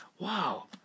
Wow